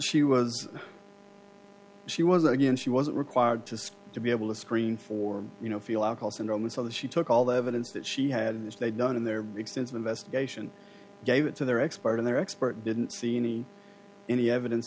she was she was again she wasn't required just to be able to screen for you know feel alcohol syndrome and so that she took all the evidence that she had in this they've done in their big sense of investigation gave it to their expert in their expert didn't see any any evidence